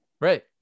right